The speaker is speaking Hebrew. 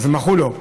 מחול לו.